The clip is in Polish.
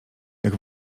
jak